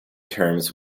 terms